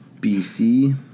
BC